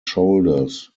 shoulders